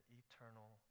eternal